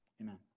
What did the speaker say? Amen